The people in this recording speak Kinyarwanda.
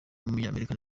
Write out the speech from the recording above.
w’umunyamerika